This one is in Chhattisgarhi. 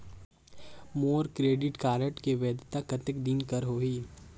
मोर क्रेडिट कारड के वैधता कतेक दिन कर होही?